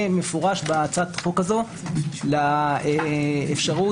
אין ספק שנדרשת פה עבודה של נהלים משותפים ושל הטמעה של הסעיף הזה.